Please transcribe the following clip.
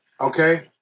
okay